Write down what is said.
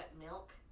milk